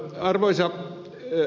arvoisa ed